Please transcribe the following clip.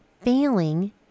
failing